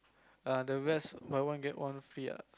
err the rest buy one get one free ah